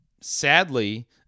Sadly